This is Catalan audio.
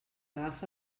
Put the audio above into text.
agafa